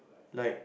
like